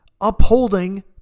upholding